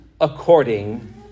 according